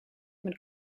mit